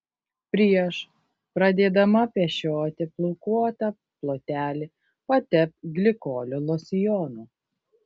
prieš pradėdama pešioti plaukuotą plotelį patepk glikolio losjonu